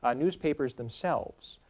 ah newspapers themselves.